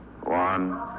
one